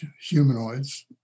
humanoids